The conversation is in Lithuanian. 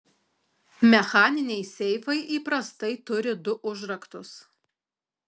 mechaniniai seifai įprastai turi du užraktus